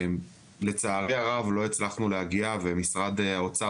לצערי הרב לא הצלחנו להגיע ומשרד האוצר,